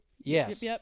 Yes